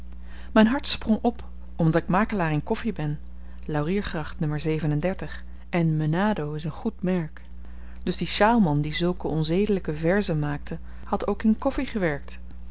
myn hart sprong op omdat ik makelaar in koffi ben lauriergracht n en me is een goed merk dus die sjaalman die zulke onzedelyke verzen maakte had ook in koffi gewerkt